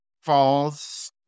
falls